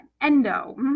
endo